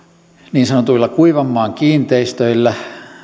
niin sanotuilla kuivanmaan kiinteistöillä